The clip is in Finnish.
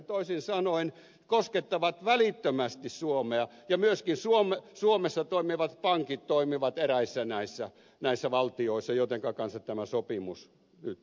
toisin sanoen tämä koskettaa välittömästi suomea ja myöskin suomessa toimivat pankit toimivat eräissä näissä valtioissa joittenka kanssa tämä sopimus nyt solmittiin